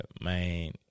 man